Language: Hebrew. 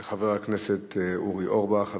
לחבר הכנסת אורי אורבך.